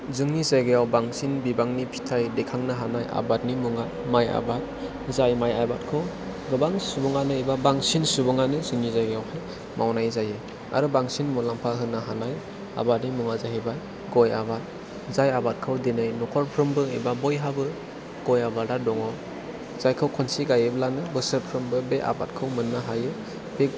जोंनि जायगायाव बांसिन बिबांनि फिथाइ दैखांनो हानाय आबादनि मुङा माइ आबाद जाय माइ आबादखौ गोबां सुबुङानो एबा बांसिन सुबुङानो जोंनि जायगायावहाय मावनाय जायो आरो बांसिन मुलाम्फा होनो हानाय आबादनि मुङा जाहैबाय गय आबाद जाय आबादखौ दिनै न'खरफ्रोमबो एबा बयहाबो गय आबादा दङ जायखौ खनसे गायोब्लानो बोसोरफ्रोमबो बे आबादखौ मोननो हायो बे